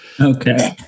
okay